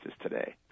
today